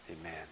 Amen